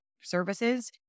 services